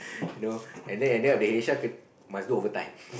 you know and then and then the H_R must do overtime